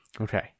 Okay